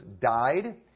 died